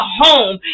home